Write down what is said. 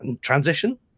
transition